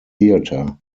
theatre